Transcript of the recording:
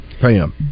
pam